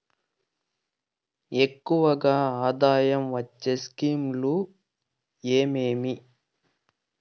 ఎక్కువగా ఆదాయం వచ్చే స్కీమ్ లు ఏమేమీ?